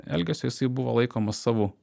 elgesio jisai buvo laikomas savu